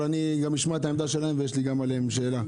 אבל אני גם אשמע את העמדה שלהם ויש לי גם אליהם שאלה,